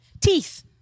teeth